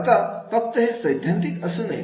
आता फक्त हे सैद्धांतिक असू नये